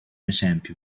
esempio